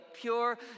pure